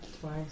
Twice